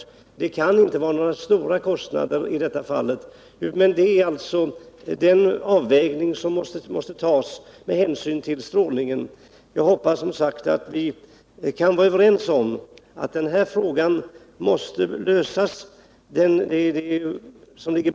Och det kan inte vara några stora kostnader i det här fallet. Men det är alltså en avvägning som måste göras med hänsyn till strålningen. Jag hoppas som sagt att vi kan vara överens om att den här frågan måste lösas.